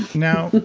now,